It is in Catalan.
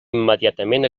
immediatament